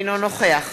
אינו נוכח